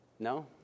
No